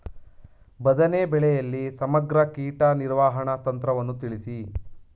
ಬದನೆ ಬೆಳೆಯಲ್ಲಿ ಸಮಗ್ರ ಕೀಟ ನಿರ್ವಹಣಾ ತಂತ್ರವನ್ನು ತಿಳಿಸಿ?